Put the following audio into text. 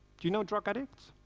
you know drug addicts?